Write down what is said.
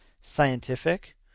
scientific